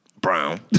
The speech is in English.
Brown